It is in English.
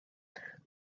there